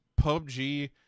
PUBG